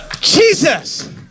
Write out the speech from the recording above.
jesus